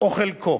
או חלקו,